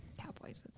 Cowboys